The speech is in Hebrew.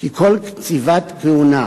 כי כל קציבת כהונה,